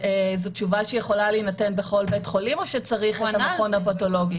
זו תשובה שיכולה להינתן בכל בית חולים או שצריך את המכון הפתולוגי?